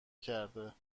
کرده